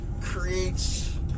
creates